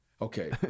Okay